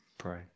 pray